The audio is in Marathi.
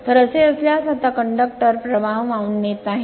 तर असे असल्यास आता कंडक्टर 9conductor प्रवाह वाहून नेत आहे